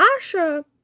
Asha